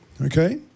okay